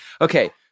Okay